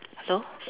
so